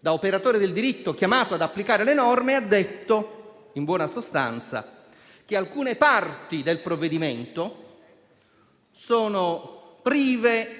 da operatore del diritto chiamato ad applicare le norme, ha detto, in buona sostanza, che alcune parti del provvedimento sono prive